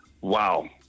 Wow